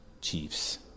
Chiefs